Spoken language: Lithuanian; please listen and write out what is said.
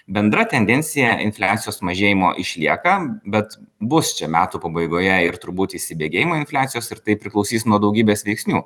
bendra tendencija infliacijos mažėjimo išlieka bet bus čia metų pabaigoje ir turbūt įsibėgėjimo infliacijos ir tai priklausys nuo daugybės veiksnių